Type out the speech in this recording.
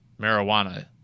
marijuana